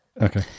Okay